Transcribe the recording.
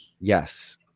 Yes